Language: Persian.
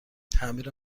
تعمیر